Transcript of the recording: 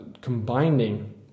Combining